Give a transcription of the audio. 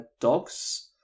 Dogs